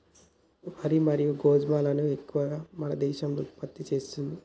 వరి మరియు గోధుమలను ఎక్కువ మన దేశం ఉత్పత్తి చేస్తాంది